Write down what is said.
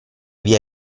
via